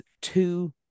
two